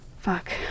Fuck